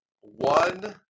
One